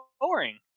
boring